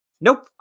Nope